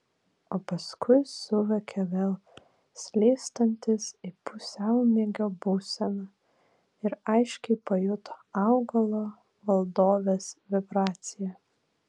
o paskui suvokė vėl slystantis į pusiaumiegio būseną ir aiškiai pajuto augalo valdovės vibraciją